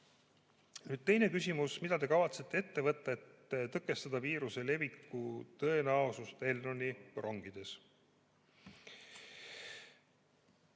Nüüd teine küsimus. "Mida Te kavatsete ette võtta, et tõkestada viiruse leviku tõenäosust Elroni rongides?"